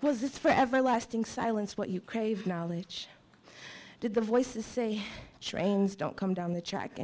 was this for everlasting silence what you crave knowledge did the voices say trains don't come down the